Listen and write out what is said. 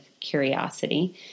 curiosity